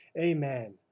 Amen